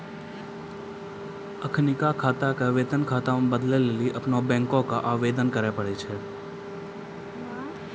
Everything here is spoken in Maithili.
अखिनका खाता के वेतन खाता मे बदलै लेली अपनो बैंको के आवेदन करे पड़ै छै